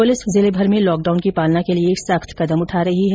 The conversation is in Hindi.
पुलिस जिलेभर में लॉकडाउन की पालना के लिए सख्त कदम उठा रही है